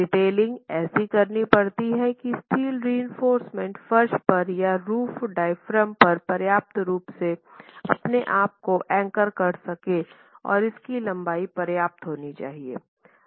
detailing ऐसी करनी पड़ती है की स्टील रिइंफोर्समेन्ट फर्श पर या रूफ डायाफ्राम पर पर्याप्त रूप से अपने आप को एंकर कर सके और इसकी लंबाई पर्याप्त होनी चाहिए